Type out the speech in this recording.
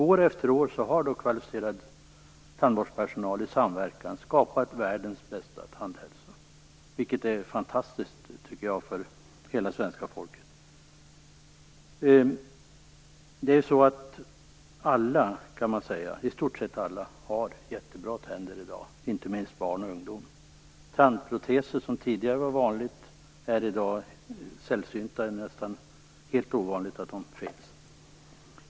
År efter år har kvalificerad tandvårdspersonal i samverkan skapat världens bästa tandhälsa för hela svenska folket, vilket är fantastiskt. I stort sett alla har jättebra tänder i dag, inte minst barn och ungdomar. Tandproteser, som tidigare var vanliga, är sällsynta i dag. Det är ovanligt att sådana förekommer.